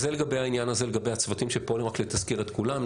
זה לגבי הצוותים שפועלים, רק לתזכר את כולם.